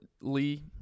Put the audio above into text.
Lee